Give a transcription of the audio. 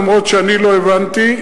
למרות שאני לא הבנתי,